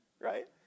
right